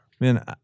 Man